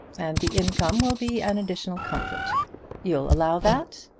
and the income will be an additional comfort you'll allow that?